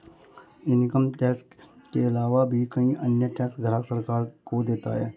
income tax के आलावा भी कई अन्य टैक्स ग्राहक सरकार को देता है